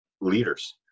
leaders